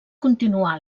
continuà